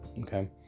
okay